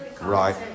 Right